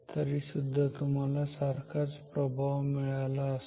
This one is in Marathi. तरीसुद्धा तुम्हाला सारखाच प्रभाव मिळाला असता